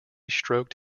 stroked